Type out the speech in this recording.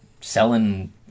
selling